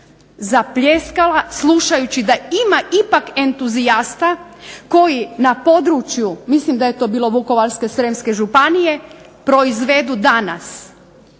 zapljeskala slušajući da ima ipak entuzijasta koji na području, mislim da je to bilo Vukovarsko-srijemske županije proizvedu danas